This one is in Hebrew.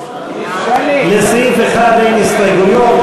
לסעיף 1 אין הסתייגויות.